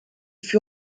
fut